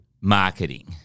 marketing